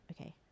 Okay